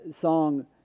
song